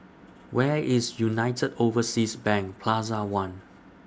Where IS United Overseas Bank Plaza one